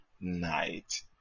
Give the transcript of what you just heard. night